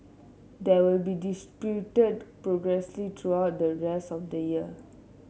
there will be distributed progressively throughout the rest of the year